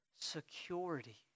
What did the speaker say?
security